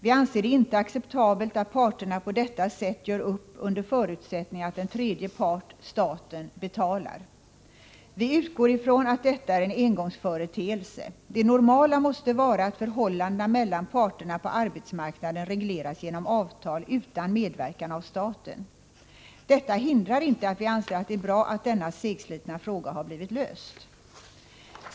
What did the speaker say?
Vi anser det inte acceptabelt att parterna på detta sätt gör upp under förutsättning att en tredje part, staten, betalar. Vi utgår ifrån att detta är en engångsföreteelse. Det normala måste vara att förhållandena mellan parterna på arbetsmarknaden regleras genom avtal utan medverkan av staten. Detta hindrar inte att vi anser att det är bra att denna segslitna fråga har blivit löst.